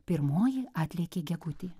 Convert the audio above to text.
pirmoji atlėkė gegutė